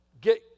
get